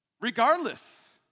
Regardless